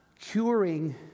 curing